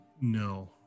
No